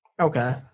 Okay